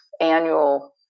annual